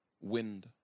wind